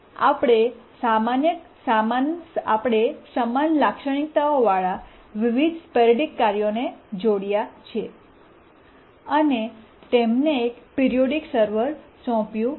આપણે સમાન લાક્ષણિકતાઓ વાળા વિવિધ સ્પોરૈડિક કાર્યોને જોડ્યા છે અને તેમને એક પિરીયોડીક સર્વર સોંપ્યું છે